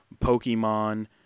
Pokemon